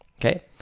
Okay